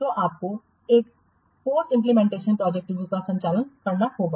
तो आपको एक पोस्ट इंप्लीमेंटेशन प्रोजेक्ट रिव्यू का संचालन करना होगा